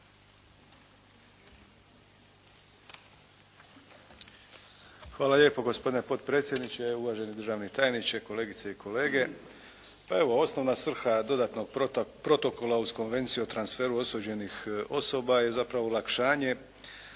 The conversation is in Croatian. Hvala lijepo gospodine potpredsjedniče, uvaženi državni tajniče, kolegice i kolege. Pa, evo osnovna svrha dodatnog protokola uz Konvenciju o transferu osuđenih osoba je zapravo olakšanje